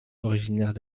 originaire